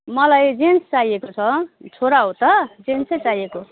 मलाई जेन्स चाहिएको छ छोरा हो त जेन्सै चाहिएको